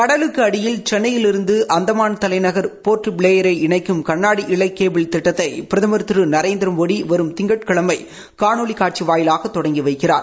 கடலுக்கு அடியில் சென்னையிலிருந்து அந்தமான் தலைநகர் போா்ட் ப்ளேயரை இணைக்கும் கண்ணாடி இழை கேபிள் பிரதமா் திரு நரேந்திரமோடி வரும் திங்கட்கிழமை காணோலி காட்சி வாயிலாக தொடங்கி வைக்கிறார்